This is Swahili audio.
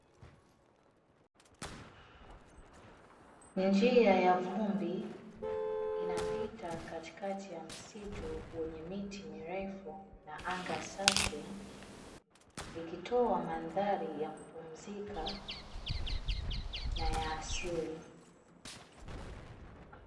Njia ya vumbi inapita katikati ya msitu wenye miti mirefu na anga safi ikitoa, mandhari ya kupumzika na ya asili.